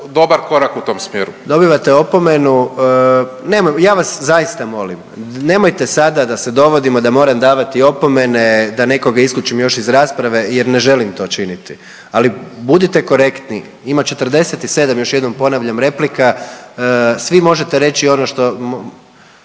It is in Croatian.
Kolega Pavić, dobivate opomenu. Ja vas zaista molim nemojte sada da se dovodimo da moram davati opomene, da nekoga još isključim iz rasprave jer ne želim to činiti. Ali budite korektni. Ima 47 još jednom ponavljam replika. Svi možete reći ono što,